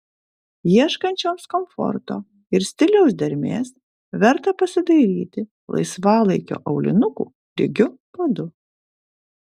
ieškančioms komforto ir stiliaus dermės verta pasidairyti laisvalaikio aulinukų lygiu padu